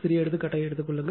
சிறிய எடுத்துக்காட்டை எடுத்துக் கொள்ளுங்கள்